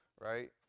right